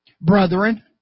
brethren